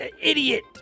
idiot